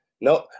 no